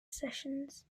sessions